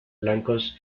blancos